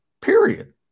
period